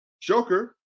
Joker